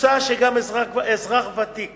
מוצע שגם אזרח ותיק